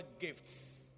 gifts